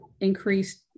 increased